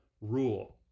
rule